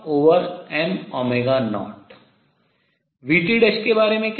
v' के बारे में क्या